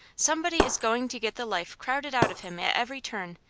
somebody is going to get the life crowded out of him at every turn,